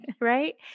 Right